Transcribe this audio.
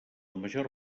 major